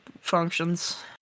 functions